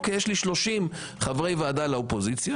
יש לי 30 חברי ועדה לאופוזיציה,